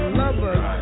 lover's